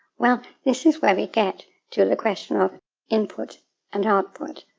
well, this is where we get to the question of input and output.